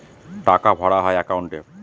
টাকা ভরা হয় একাউন্টে